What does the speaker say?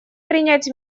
принять